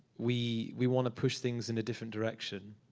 we we want to push things in a different direction.